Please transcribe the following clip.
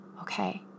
okay